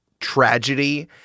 tragedy